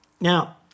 Now